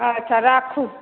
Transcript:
अच्छा राखु